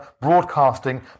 broadcasting